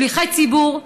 שליחי ציבור,